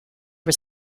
was